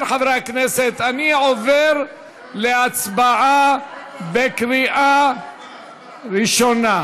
חברי הכנסת, אני עובר להצבעה בקריאה ראשונה.